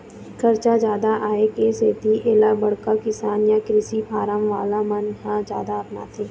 खरचा जादा आए के सेती एला बड़का किसान य कृषि फारम वाला मन ह जादा अपनाथे